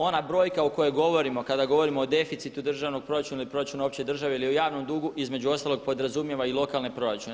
Ona brojka o kojoj govorimo kada govorimo o deficitu državnog proračuna ili proračuna opće države ili o javnom dugu između ostalog podrazumijeva i lokalne proračune.